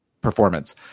performance